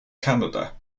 canada